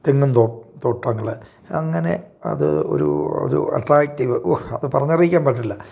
തെങ്ങും തോ തോട്ടങ്ങൾ അങ്ങനെ അത് ഒരു ഒരു അട്രാക്റ്റീവ് ഓഹ് അത് പറഞ്ഞറിയിക്കാൻ പറ്റില്ല